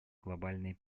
глобальной